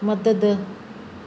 मदद